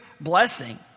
blessing